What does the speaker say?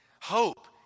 Hope